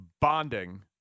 bonding